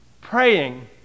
praying